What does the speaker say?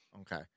Okay